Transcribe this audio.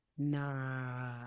Nah